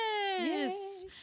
Yes